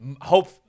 hope